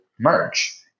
merge